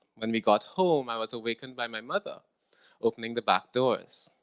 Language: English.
when we got home i was awakened by my mother opening the back doors.